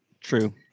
True